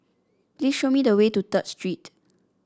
please show me the way to Third Street